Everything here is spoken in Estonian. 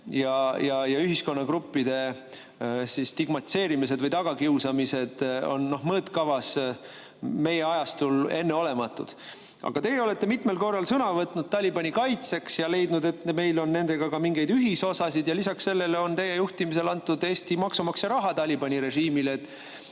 ja ühiskonnagruppide stigmatiseerimised või tagakiusamised on selles mõõtkavas meie ajastul enneolematud. Teie olete mitmel korral võtnud sõna Talibani kaitseks ja leidnud, et meil on nendega ka mingeid ühisosasid. Lisaks sellele on teie juhtimisel antud Eesti maksumaksja raha Talibani režiimile.